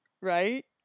right